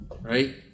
Right